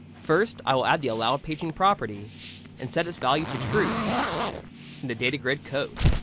first i will add the allow paging property and set its value to true in the data grid code.